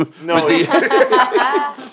no